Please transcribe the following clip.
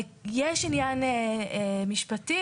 יש עניין משפטי.